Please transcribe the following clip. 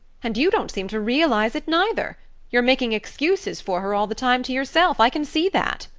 and you don't seem to realize it, neither you're making excuses for her all the time to yourself i can see that.